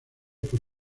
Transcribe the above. por